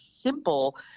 simple